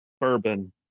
bourbon